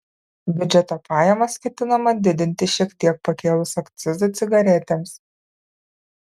biudžeto pajamas ketinama didinti šiek tiek pakėlus akcizą cigaretėms